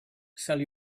sell